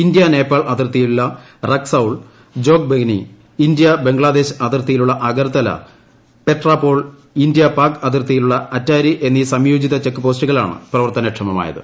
India Nepal അതിർത്തിയിലുള്ള റക്സൌൾ ജോഗ്ബനി ബംഗ്ലാദേശ് അതിർത്തിയിലുള്ള Agartala India Petrapole India Pak അതിർത്തിയിലുള്ള അറ്റാരി എന്നീ സംയോജിത ചെക്ക് പോസ്റ്റുകളാണ് പ്രവർത്തനക്ഷമമായത്